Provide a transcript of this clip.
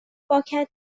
پاکت